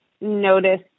notice